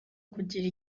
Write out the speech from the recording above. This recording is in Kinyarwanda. kugira